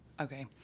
Okay